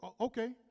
okay